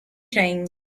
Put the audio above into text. change